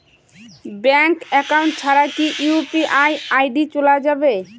Bank account ছাড়া কি UPI ID চোলা যাবে?